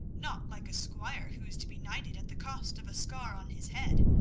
not like a squire who is to be knighted at the cost of a scar on his head.